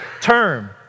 term